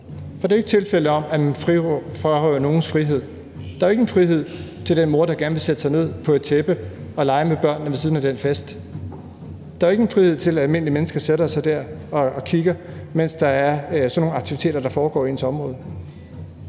der. Der er ikke tale om, at man frarøver nogens frihed. Der er jo ingen frihed til den mor, der gerne vil sætte sig ned på et tæppe og lege med børnene ved siden af den fest. Der er jo ingen frihed for almindelige mennesker til at sætte sig der og kigge, mens der foregår sådan nogle aktiviteter i ens område.